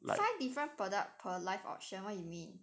five different product per live auction what you mean